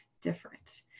different